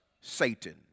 Satan